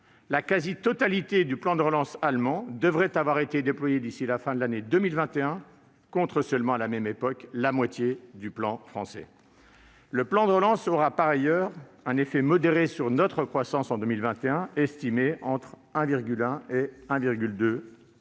la quasi-totalité du plan de relance allemand devrait avoir été déployée d'ici à la fin de l'exercice 2021, contre, à la même époque, seulement la moitié du plan français. Ce plan de relance aura par ailleurs un effet modéré sur la croissance en 2021, estimé entre 1,1 et 1,2